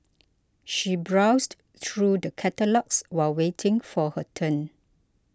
she browsed through the catalogues while waiting for her turn